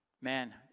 man